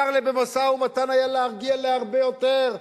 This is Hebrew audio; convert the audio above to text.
במשא-ומתן היה אפשר להגיע להרבה יותר,